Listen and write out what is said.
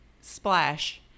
splash